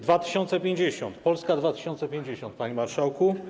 2050, Polska 2050, panie marszałku.